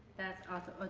that's awesome.